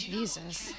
Jesus